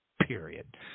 period